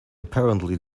apparently